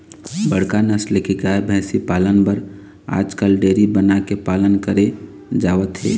बड़का नसल के गाय, भइसी पालन बर आजकाल डेयरी बना के पालन करे जावत हे